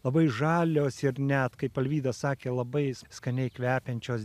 labai žalios ir net kaip alvyda sakė labai skaniai kvepiančios